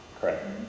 correct